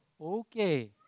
okay